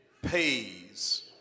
Pays